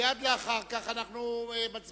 מייד אחר כך אנחנו מצביעים.